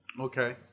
Okay